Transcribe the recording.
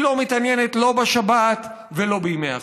היא לא מתעניינת לא בשבת ולא בימי החול.